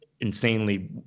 insanely